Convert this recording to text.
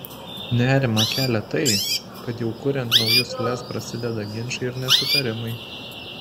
nerimą kelią tai kad jau kuriant naujus lez prasideda ginčai ir nesutarimai